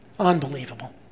Unbelievable